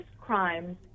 crimes